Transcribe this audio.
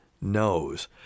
knows